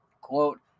Quote